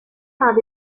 par